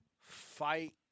fight